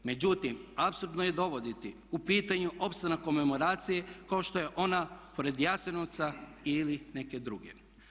Međutim, apsurdno je dovoditi u pitanje opstanak komemoracije kao što je ona pored Jasenovca ili neke druge.